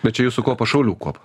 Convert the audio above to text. bet čia jūsų kuopos šaulių kuopa